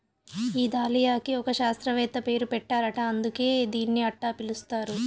ఈ దాలియాకి ఒక శాస్త్రవేత్త పేరు పెట్టారట అందుకే దీన్ని అట్టా పిలుస్తారు